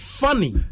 funny